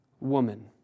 woman